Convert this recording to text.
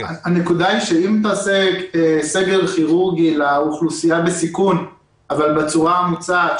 הנקודה היא שאם תעשה סגר כירורגי לאוכלוסייה בסיכון אבל בצורה המוצעת,